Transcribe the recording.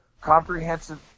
comprehensive